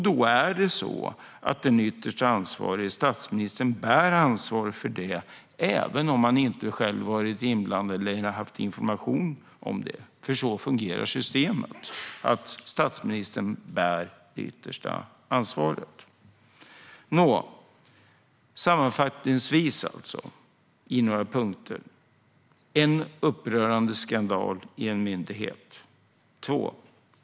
Då är det så att den ytterst ansvarige, statsministern, bär ansvar för det, även om han inte själv varit inblandad eller fått information. Systemet fungerar så att statsministern bär det yttersta ansvaret. Sammanfattningsvis, i några punkter: En upprörande skandal har skett i en myndighet.